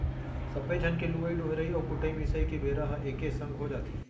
सब्बे झन के लुवई डोहराई अउ कुटई मिसाई के बेरा ह एके संग हो जाथे